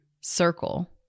circle